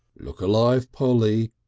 look alive polly!